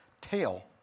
tail